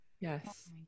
Yes